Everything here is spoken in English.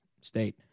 State